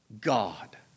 God